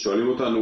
שואלים אותנו,